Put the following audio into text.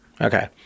Okay